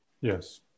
Yes